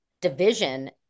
division